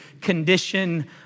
condition